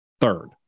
third